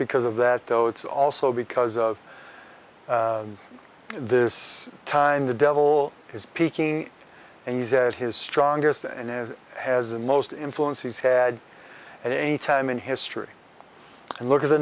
because of that though it's also because of this time the devil is peaking and he says his strongest and is has the most influence he's had at any time in history and look at the